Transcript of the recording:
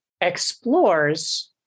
explores